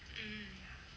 hmm